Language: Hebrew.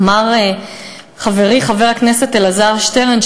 אמר חברי חבר הכנסת אלעזר שטרן,